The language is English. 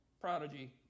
prodigy